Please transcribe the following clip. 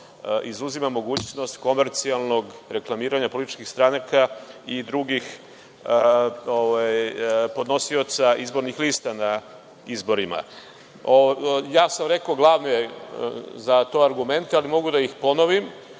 izuzima mogućnost komercijalnog reklamiranja političkih stranaka i drugih podnosioca izbornih lista na izborima. Ja sam rekao glavne argumente za to, ali mogu da ih ponovim.